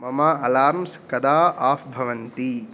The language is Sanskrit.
मम अलार्म्स् कदा आफ् भवन्ति